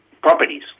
properties